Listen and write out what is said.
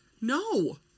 No